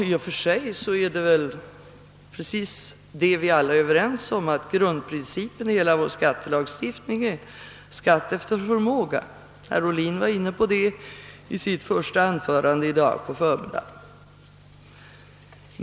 I och för sig är vi väl alla överens om att grundprincipen i hela vår skattelagstiftning är skatt efter förmåga. Herr Ohlin var inne på det i sitt första anförande i dag på förmiddagen.